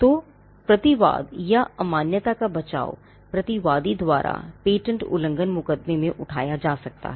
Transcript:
तो प्रतिवाद या अमान्यता का बचाव प्रतिवादी द्वारा पेटेंट उल्लंघन मुकदमे में उठाया जा सकता है